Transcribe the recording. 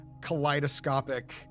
kaleidoscopic